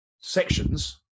sections